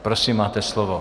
Prosím, máte slovo.